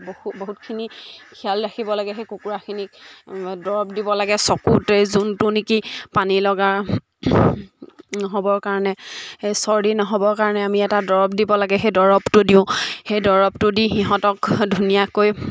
বহু বহুতখিনি খেয়াল ৰাখিব লাগে সেই কুকুৰাখিনিক দৰৱ দিব লাগে চকুত এই যোনটো নেকি পানী লগা নহ'বৰ কাৰণে সেই চৰ্দি নহ'বৰ কাৰণে আমি এটা দৰৱ দিব লাগে সেই দৰৱটো দিওঁ সেই দৰৱটো দি সিহঁতক ধুনীয়াকৈ